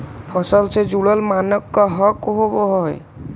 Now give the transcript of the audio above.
फसल से जुड़ल मानक का का होव हइ?